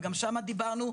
וגם שם דיברנו.